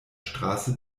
straße